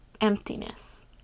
emptiness